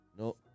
No